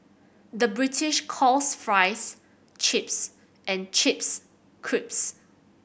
the British calls fries chips and chips crisps